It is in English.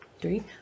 Three